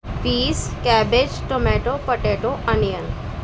peas cabbage tomato potato onion